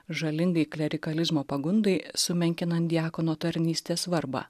žalingai klerikalizmo pagundai sumenkinant diakono tarnystės svarbą